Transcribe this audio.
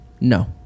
No